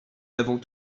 n’avons